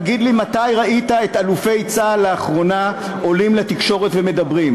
תגיד לי מתי ראית את אלופי צה"ל לאחרונה עולים לתקשורת ומדברים.